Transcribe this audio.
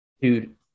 dude